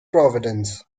providence